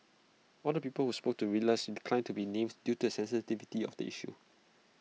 all the people who spoke to Reuters declined to be named due to the sensitivity of the issue